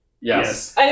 Yes